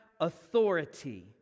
authority